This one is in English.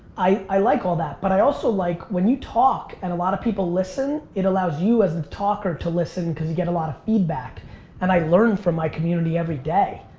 i like all that. but i also like when you talk and a lot of people listen, it allows you as a talker to listen cause you get a lot of feedback and i learn from my community every day.